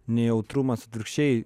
nejautrumas atvirkščiai